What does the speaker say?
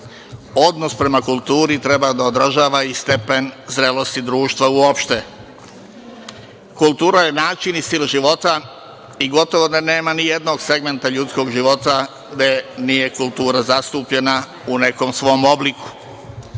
odnos prema kulturi treba da odražava i stepen zrelosti društva uopšte. Kultura je način i stil života i gotovo da nema ni jednog segmenta ljudskog života gde nije kultura zastupljena u nekom svom